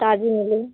ताजी मिलेगी